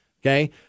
Okay